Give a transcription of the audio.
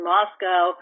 Moscow